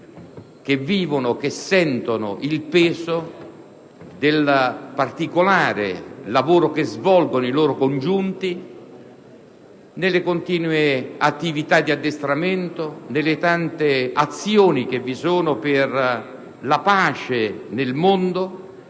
vivono e sentono il peso del particolare lavoro che svolgono i loro congiunti nelle continue attività di addestramento, nelle tante azioni condotte per la pace nel mondo